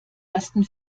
ersten